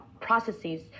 processes